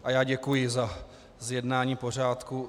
A já děkuji za zjednání pořádku.